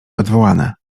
odwołane